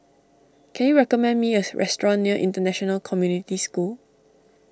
can you recommend me a restaurant near International Community School